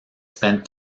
spent